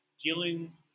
dealing